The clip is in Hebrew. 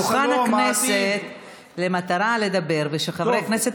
עוד נטויה, 26,830 עולים ותושבים חוזרים.